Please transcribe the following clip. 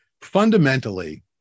Fundamentally